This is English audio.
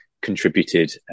contributed